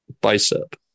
bicep